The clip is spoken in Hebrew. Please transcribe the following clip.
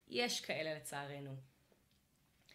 יש כאלה לצערנו.